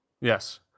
Yes